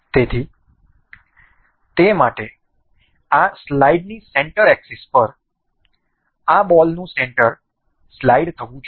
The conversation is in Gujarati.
તેથી તે માટે આ સ્લાઇડની સેન્ટર એક્સિસ પર આ બોલ નું સેન્ટર સ્લાઇડ થવું જોઈએ